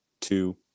two